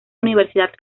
universidad